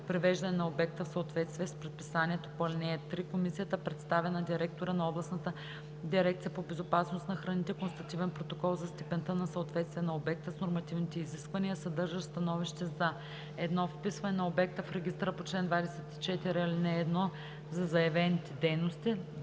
привеждане на обекта в съответствие с предписанието по ал. 3 комисията представя на директора на областната дирекция по безопасност на храните констативен протокол за степента на съответствие на обекта с нормативните изисквания, съдържащ становище за: 1. вписване на обекта в регистъра по чл. 24, ал. 1, за заявените дейности;